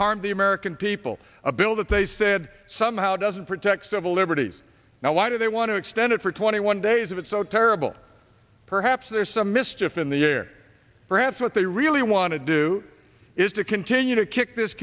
harm the american people a bill that they said somehow doesn't protect civil liberties now why did they want to extend it for twenty one days if it's so terrible perhaps there's some mischief in the air perhaps what they really want to do is to continue to kick this